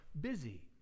busy